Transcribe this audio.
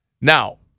Now